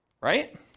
right